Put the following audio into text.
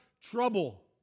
trouble